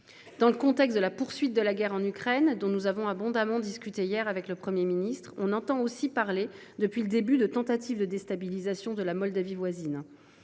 Dans le contexte de la poursuite de la guerre en Ukraine, dont nous avons abondamment discuté hier avec le Premier ministre, on entend aussi parler, depuis le début, de tentatives de déstabilisation de la Moldavie.